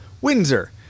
Windsor